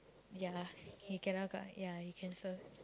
ya he cannot come ya he cancel